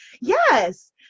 Yes